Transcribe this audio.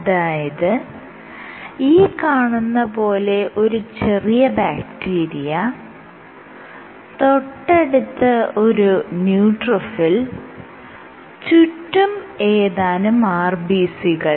അതായത് ഈ കാണുന്ന പോലെ ഒരു ചെറിയ ബാക്ടീരിയ തൊട്ടടുത്ത് ഒരു ന്യൂട്രോഫിൽ ചുറ്റും ഏതാനും RBC കൾ